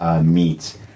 meats